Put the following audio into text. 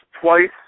twice